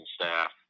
staff